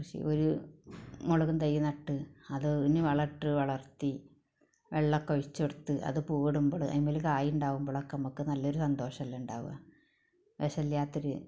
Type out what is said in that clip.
കൃഷി ഒര് മുളകും തൈ നട്ട് അതിന് വളമിട്ട് വളർത്തി വെള്ളമൊക്കെ ഒഴിച്ചിടത്ത് അത് പൂവിടുമ്പള് അതിന് മേല് കായുണ്ടാകുമ്പോൾ നമുക്ക് നല്ലൊരു സന്തോഷമെല്ലാം ഉണ്ടാകും വിഷമില്ലാത്തൊരു